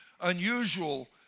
unusual